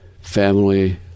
family